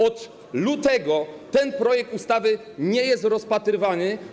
Od lutego ten projekt ustawy nie jest rozpatrywany.